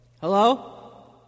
Hello